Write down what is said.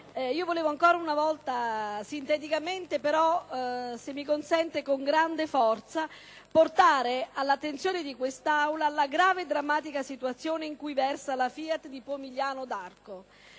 vorrei ancora una volta - sinteticamente, ma con grande forza - portare all'attenzione di quest'Aula la grave e drammatica situazione in cui versa la FIAT di Pomigliano d'Arco.